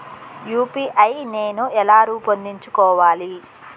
UPI నేను ఎలా రూపొందించుకోవాలి?